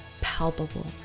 palpable